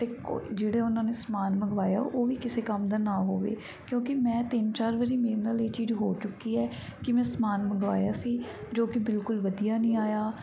ਅਤੇ ਕੋਈ ਜਿਹੜੇ ਉਹਨਾਂ ਨੇ ਸਮਾਨ ਮੰਗਵਾਇਆ ਉਹ ਵੀ ਕਿਸੇ ਕੰਮ ਦਾ ਨਾ ਹੋਵੇ ਕਿਉਂਕਿ ਮੈਂ ਤਿੰਨ ਚਾਰ ਵਾਰੀ ਮੇਰੇ ਨਾਲ ਇਹ ਚੀਜ਼ ਹੋ ਚੁੱਕੀ ਹੈ ਕਿ ਮੈਂ ਸਮਾਨ ਮੰਗਵਾਇਆ ਸੀ ਜੋ ਕਿ ਬਿਲਕੁਲ ਵਧੀਆ ਨਹੀਂ ਆਇਆ